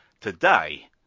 Today